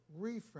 reframe